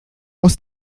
aus